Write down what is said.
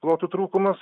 ploto trūkumas